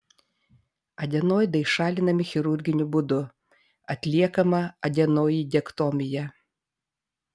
adenoidai šalinami chirurginiu būdu atliekama adenoidektomija